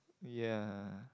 ya